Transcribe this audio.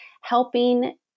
helping